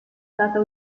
stata